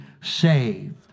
saved